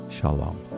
Shalom